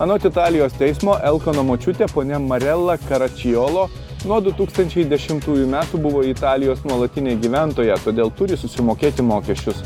anot italijos teismo elkano močiutė ponia marela karačijolo nuo du tūkstančiai dešimtųjų metų buvo italijos nuolatinė gyventoja todėl turi susimokėti mokesčius